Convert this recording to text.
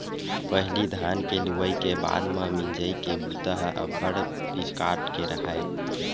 पहिली धान के लुवई के बाद म मिंजई के बूता ह अब्बड़ पिचकाट के राहय